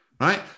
right